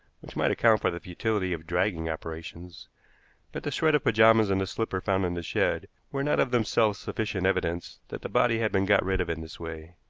which might account for the futility of dragging operations but the shred of pajamas and the slipper found in the shed were not of themselves sufficient evidence that the body had been got rid of in this way.